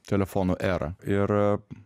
telefonų era ir